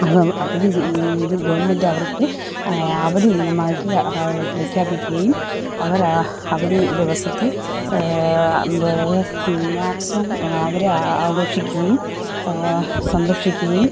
അവ അവധി ഇത് ഗവണ്മെന്റവര്ക്ക് അവധി ദിനമാക്കി പ്രഖ്യാപിക്കുകയും അവറാ അവധി ദിവസത്തി മാക്സിമം അവരെ ആ ആഘോഷിക്കുകയും സന്തോഷിക്കുകയും